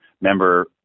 member